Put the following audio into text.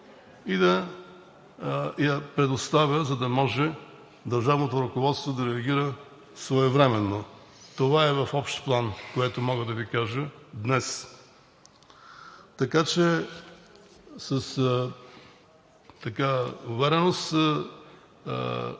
и да я предоставя, за да може държавното ръководство да реагира своевременно. Това е в общ план, което мога да Ви кажа днес. Така че с увереност